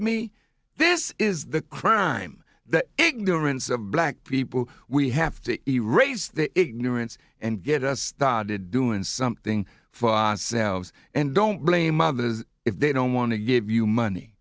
me this is the crime the ignorance of black people we have to erase the ignorance and get us started doing something for ourselves and don't blame others if they don't want to give you money